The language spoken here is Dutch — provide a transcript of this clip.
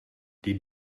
die